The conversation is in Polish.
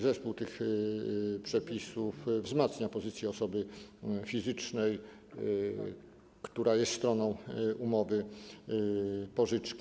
Zespół tych przepisów wzmacnia pozycję osoby fizycznej, która jest stroną umowy pożyczki.